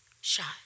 shot